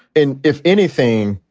and if anything,